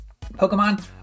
Pokemon